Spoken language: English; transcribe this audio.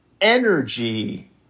energy